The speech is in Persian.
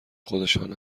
خودشان